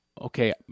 Okay